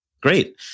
great